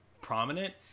prominent